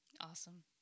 Awesome